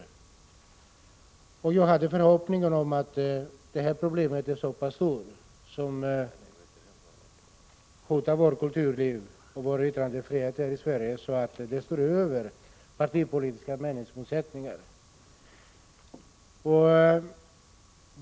Jag hyste förhoppningen att denna fara, som hotar kulturlivet och yttrandefriheten i Sverige, skulle anses så stor att problemet står över partipolitiska meningsmotsättningar.